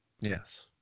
Yes